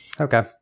Okay